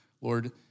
Lord